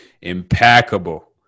impeccable